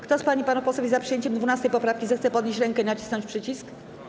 Kto z pań i panów posłów jest za przyjęciem 12. poprawki, zechce podnieść rękę i nacisnąć przycisk.